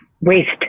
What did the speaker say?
waste